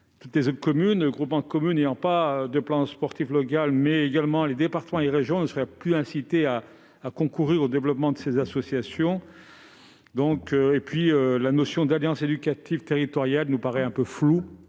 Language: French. sportif local. Les communes et groupements de communes n'ayant pas de plan sportif local, tout comme les départements et les régions, ne seraient plus incités à concourir au développement de ces associations. Enfin, la notion d'alliance éducative territoriale nous paraît floue.